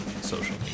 social